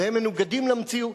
והם מנוגדים למציאות.